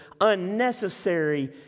unnecessary